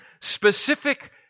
specific